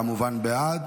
כמובן בעד.